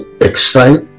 excite